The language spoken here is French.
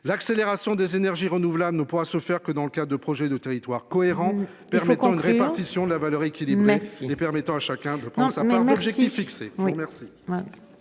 l'accélération des énergies renouvelables ne pourra se faire que dans le cas de projets de territoire cohérent permettant une répartition de la valeur équilibre Max les permettant à chacun de prendre sa femme objectif fixé